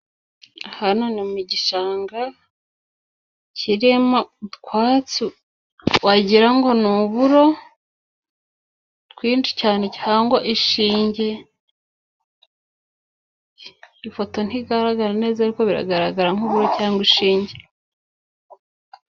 Hano ni mu gishanga kirimo utwatsi, wagira ngo ni uburo twinshi cyane cyangwa ishinge, ifoto ntigaragara neza ariko biragaragara nk'uburo cyangwa inshinge.